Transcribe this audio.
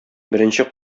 беренче